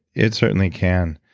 it certainly can.